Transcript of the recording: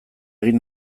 egin